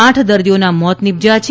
આઠ દર્દીઓના મોત નિપજ્યા છે